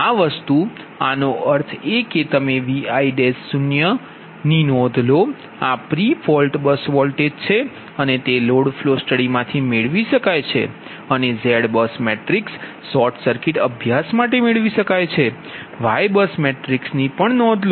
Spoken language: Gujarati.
તેથી આ વસ્તુ આનો અર્થ એ કે તમે Vi0s ની નોંધ લો આ પ્રિ ફોલ્ટ બસ વોલ્ટેજ છે અને તે લોડ ફ્લો સ્ટડીમાંથી મેળવી શકાય છે અને ZBUS મેટ્રિક્સ શોર્ટ સર્કિટ અભ્યાસ માટે મેળવી શકાય છે YBUSમેટ્રિક્સ ની પણ નોંધ લો